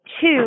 two